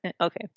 Okay